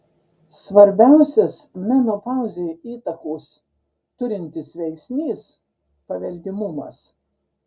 svarbiausias menopauzei įtakos turintis veiksnys paveldimumas